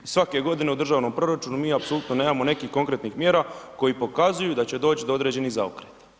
Svake godine u državnom proračunu mi apsolutno nemamo nekih konkretnih mjera koji pokazuju da će doći do određenih zaokreta.